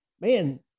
man